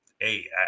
hey